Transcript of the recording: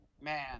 Man